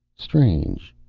strange.